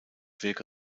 wirke